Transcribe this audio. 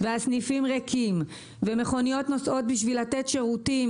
הסניפים ריקים ומכוניות נוסעות כדי לתת שירותים